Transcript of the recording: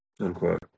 unquote